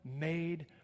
made